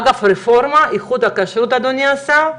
אגב הרפורמה, איכות הכשרות, אדוני השר,